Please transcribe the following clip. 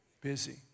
busy